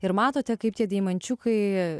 ir matote kaip tie deimančiukai